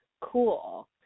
cool